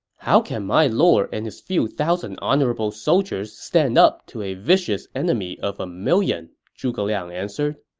how can my lord and his few thousand honorable soldiers stand up to a vicious enemy of a million? zhuge liang answered.